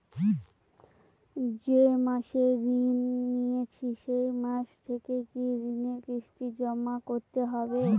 যে মাসে ঋণ নিয়েছি সেই মাস থেকেই কি ঋণের কিস্তি জমা করতে হবে?